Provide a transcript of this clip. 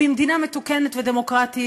במדינה מתוקנת ודמוקרטית,